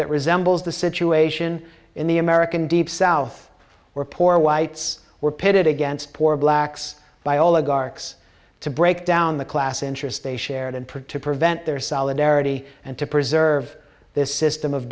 that resembles the situation in the american deep south where poor whites were pitted against poor blacks by all the garth's to break down the class interest they shared in particular vent their solidarity and to preserve this system of